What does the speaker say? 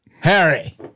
Harry